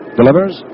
Delivers